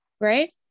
right